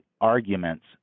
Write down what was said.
arguments